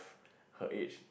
her age